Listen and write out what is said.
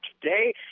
today